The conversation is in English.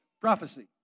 prophecy